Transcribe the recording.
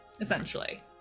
essentially